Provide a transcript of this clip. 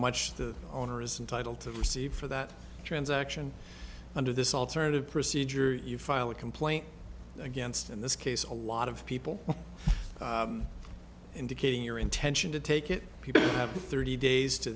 much the owner is entitle to receive for that transaction under this alternative procedure you file a complaint against in this case a lot of people indicating your intention to take it people have thirty days to